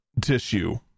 tissue